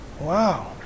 Wow